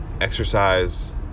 exercise